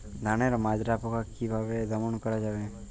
ধানের মাজরা পোকা কি ভাবে দমন করা যাবে?